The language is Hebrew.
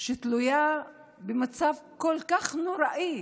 שתלויה במצב כל כך נוראי